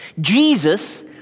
Jesus